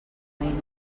mai